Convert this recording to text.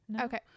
Okay